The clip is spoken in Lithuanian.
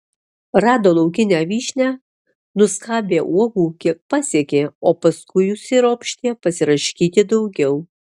rado laukinę vyšnią nuskabė uogų kiek pasiekė o paskui užsiropštė pasiraškyti daugiau